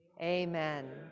Amen